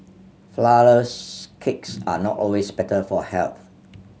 flourless cakes are not always better for health